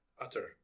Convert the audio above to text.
utter